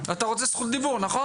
אתה רוצה זכות דיבור, נכון?